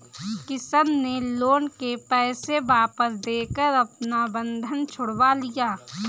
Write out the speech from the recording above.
किशन ने लोन के पैसे वापस देकर अपना बंधक छुड़वा लिया